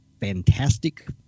Fantastic